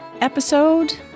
episode